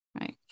right